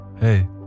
Hey